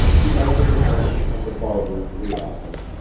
he ushered the merchant and the barber into the office,